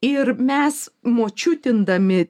ir mes močiutindami